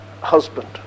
husband